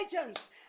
agents